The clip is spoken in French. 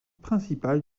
principales